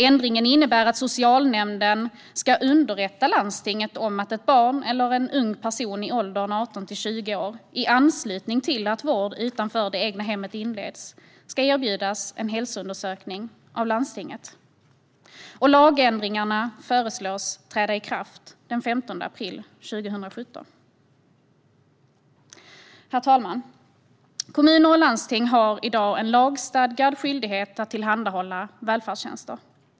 Ändringen innebär att socialnämnden ska underrätta landstinget om att ett barn eller en ung person i åldern 18-20 år, i anslutning till att vård utanför det egna hemmet inleds, ska erbjudas en hälsoundersökning av landstinget. Lagändringarna föreslås träda i kraft den 15 april 2017. Herr talman! Kommuner och landsting har i dag en lagstadgad skyldighet att tillhandahålla välfärdstjänster.